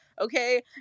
okay